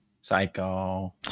Psycho